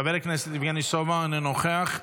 חבר הכנסת יבגני סובה, אינו נוכח.